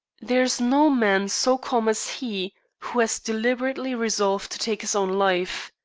there is no man so calm as he who has deliberately resolved to take his own life.